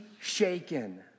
shaken